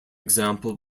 example